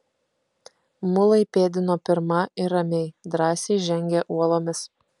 mulai pėdino pirma ir ramiai drąsiai žengė uolomis